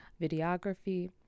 videography